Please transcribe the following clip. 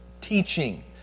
teaching